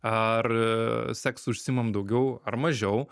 ar seksu užsiimam daugiau ar mažiau